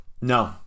No